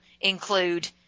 include